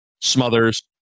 Smothers